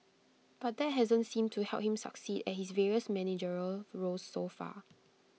but that hasn't seemed to help him succeed at his various managerial roles so far